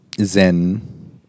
Zen